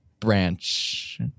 branch